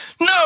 no